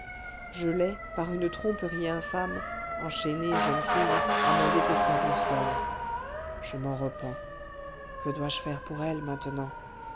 je l'ai par une tromperie infâme enchaînée jeune fille à mon détestable sort je m'en repens que dois-je faire pour elle maintenant